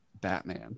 Batman